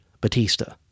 Batista